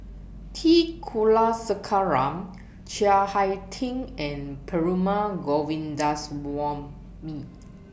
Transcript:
T Kulasekaram Chiang Hai Ting and Perumal Govindaswamy